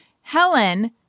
Helen